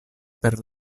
per